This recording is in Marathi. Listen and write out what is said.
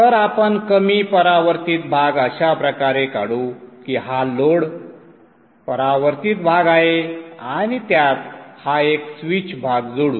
तर आपण कमी परावर्तित भाग अशा प्रकारे काढू की हा लोड परावर्तित भाग आहे आणि त्यात हा एक स्विच भाग जोडू